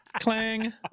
clang